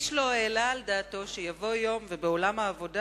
ואיש לא העלה על דעתו שיבוא היום ובעולם העבודה